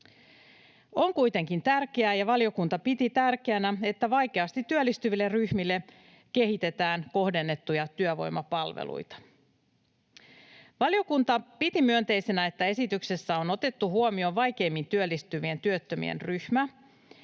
On kuitenkin tärkeää, ja valiokunta piti tärkeänä, että vaikeasti työllistyville ryhmille kehitetään kohdennettuja työvoimapalveluita. Valiokunta piti myönteisenä, että esityksessä on otettu huomioon vaikeimmin työllistyvien työttömien ryhmä.